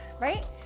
Right